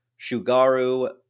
Shugaru